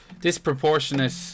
disproportionate